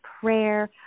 prayer